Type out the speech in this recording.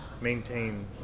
maintain